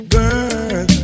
Girl